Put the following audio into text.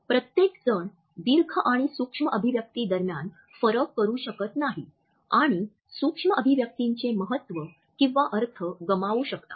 प्रत्येकजण दीर्घ आणि सूक्ष्म अभिव्यक्ती दरम्यान फरक करू शकत नाही आणि सूक्ष्म अभिव्यक्तीचे महत्त्व किंवा अर्थ गमावू शकतात